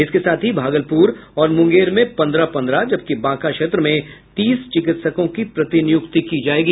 इसके साथ ही भागलपुर और मुंगेर में पन्द्रह पन्द्रह जबकि बांका क्षेत्र में तीस चिकित्सकों की प्रतिनियुक्ति की जायेगी